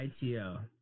ITO